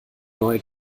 neue